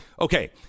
Okay